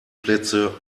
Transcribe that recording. plätze